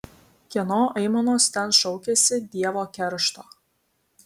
kieno aimanos ten šaukiasi dievo keršto